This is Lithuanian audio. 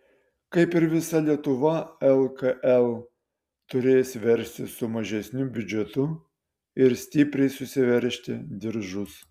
kaip ir visa lietuva lkl turės verstis su mažesniu biudžetu ir stipriai susiveržti diržus